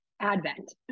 Advent